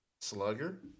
Slugger